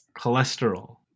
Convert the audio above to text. Cholesterol